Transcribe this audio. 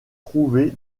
trouvés